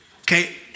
Okay